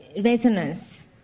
Resonance